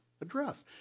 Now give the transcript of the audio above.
address